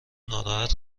ناراحت